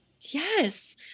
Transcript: Yes